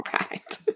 Right